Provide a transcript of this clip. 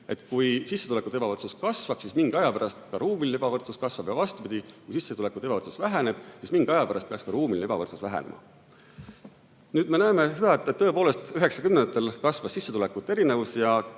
kui sissetulekute ebavõrdsus kasvab, siis mingi aja pärast ka ruumiline ebavõrdsus kasvab, ja vastupidi, kui sissetulekute ebavõrdsus väheneb, siis mingi aja pärast peaks ka ruumiline ebavõrdsus vähenema. Nüüd me näeme seda, et tõepoolest 1990-ndatel kasvas sissetulekute erinevus ja